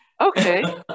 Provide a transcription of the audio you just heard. Okay